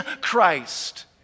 Christ